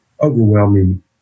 overwhelming